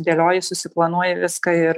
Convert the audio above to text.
dėlioji susiplanuoji viską ir